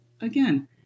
again